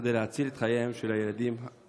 כדי להציל את חייהם של הילדים.